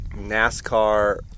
nascar